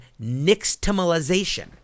nixtamalization